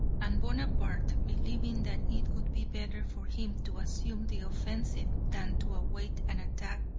and bonaparte, believing that it would be better for him to assume the offensive than to await an attack,